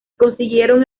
consiguieron